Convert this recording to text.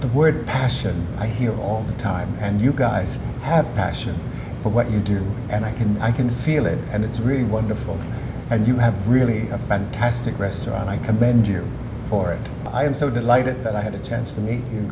the word passion i hear all the time and you guys have passion what you do and i can i can feel it and it's really wonderful and you have really a fantastic restaurant i commend you for it i am so delighted that i had a chance to